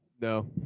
No